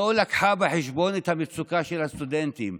היא לא הביאה בחשבון את המצוקה של הסטודנטים.